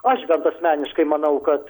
aš bet asmeniškai manau kad